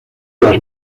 las